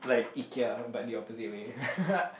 Ikea but the opposite way